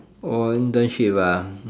oh internship ah